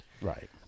Right